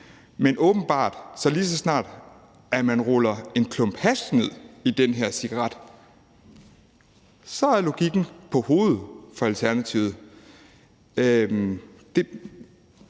Men lige så snart, at man ruller en klump hash ind i den her cigaret, så vendes logikken åbenbart på hovedet for Alternativet.